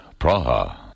Praha